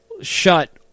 shut